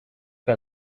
que